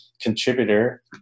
contributor